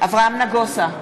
אברהם נגוסה,